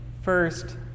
first